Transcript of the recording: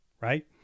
right